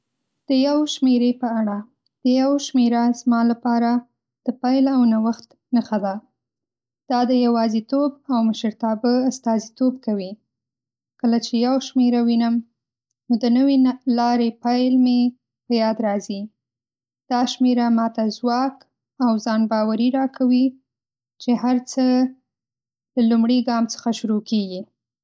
د ۱ شمېرې په اړه: ۱ شمېره زما لپاره د پیل او نوښت نښه ده. دا د یوازیتوب او مشرتابه استازیتوب کوي. کله چې ۱ شمېره وینم، نو د نوې لارې پیل مې په یاد راځي. دا شمېره ماته ځواک او ځان باور راکوي چې هر څه له لومړي ګام څخه شروع کېږي.